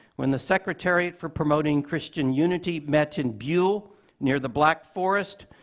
when the secretariat for promoting christian unity met in buhl near the black forest,